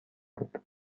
بود